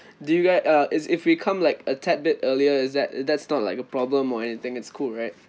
do you guys uh is if we come like a tad bit earlier is that that's not like a problem or anything it's cool right